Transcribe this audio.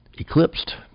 eclipsed